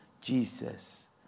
Jesus